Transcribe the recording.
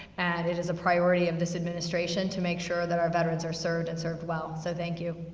and it is a priority of this administration to make sure that our veterans are served, and served well. so thank you.